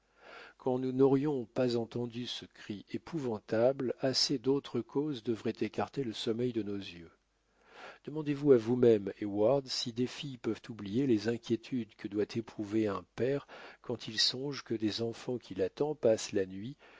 quand nous n'aurions pas entendu ce cri épouvantable assez d'autres causes devraient écarter le sommeil de nos yeux demandez-vous à vous-même heyward si des filles peuvent oublier les inquiétudes que doit éprouver un père quand il songe que des enfants qu'il attend passent la nuit